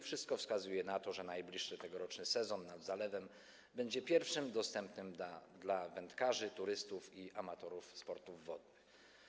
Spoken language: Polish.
Wszystko wskazuje na to, że najbliższy tegoroczny sezon nad zalewem będzie pierwszym dostępnym dla wędkarzy, turystów i amatorów sportów wodnych.